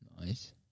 Nice